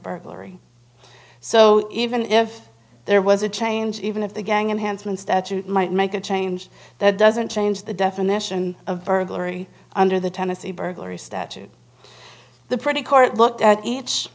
burglary so even if there was a change even if the gang and hanson statute might make a change that doesn't change the definition of burglary under the tennessee burglary statute the pretty court looked at each